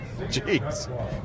Jeez